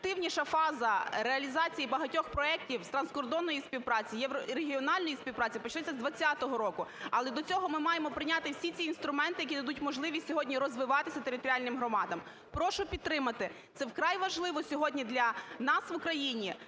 Найактивніша фаза реалізації багатьох проектів з транскордонної співпраці, єврорегіональної співпраці почнеться з 20-го року. Але до цього ми маємо прийняти всі ці інструменти, які дадуть можливість сьогодні розвиватися територіальним громадам. Прошу підтримати, це вкрай важливо сьогодні для нас в Україні